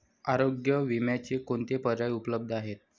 आरोग्य विम्याचे कोणते पर्याय उपलब्ध आहेत?